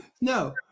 no